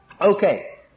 Okay